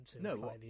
No